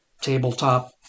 tabletop